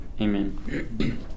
Amen